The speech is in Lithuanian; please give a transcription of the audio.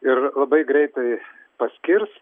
ir labai greitai paskirs